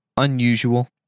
unusual